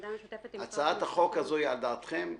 בעמדה משותפת --- הצעת החוק הזו היא על דעתכם?